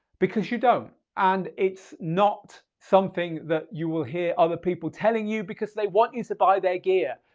because you don't. and it's not something that you will hear other people telling you because they want you to buy their gear.